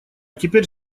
теперь